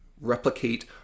replicate